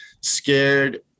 scared